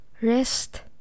rest